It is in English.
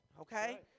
okay